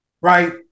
right